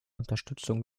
unterstützung